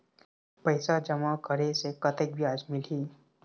पैसा जमा करे से कतेक ब्याज मिलही?